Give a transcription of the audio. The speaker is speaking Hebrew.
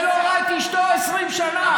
ולא ראה את אשתו 20 שנה?